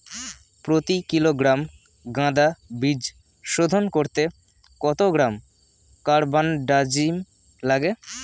প্রতি কিলোগ্রাম গাঁদা বীজ শোধন করতে কত গ্রাম কারবানডাজিম লাগে?